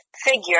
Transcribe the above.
figure